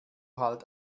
halt